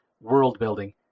world-building